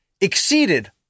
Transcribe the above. exceeded